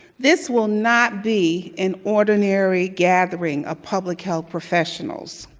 this will not be an ordinary gathering of public health professionals.